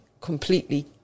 completely